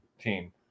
team